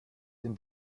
dem